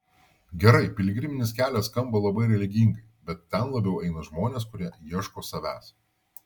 gerai piligriminis kelias skamba labai religingai bet ten labiau eina žmonės kurie ieško savęs